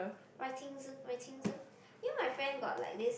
writing writing you know my friend got like this